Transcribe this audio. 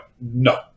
no